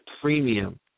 premium